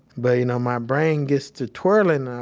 but you know my brain gets to twirling, i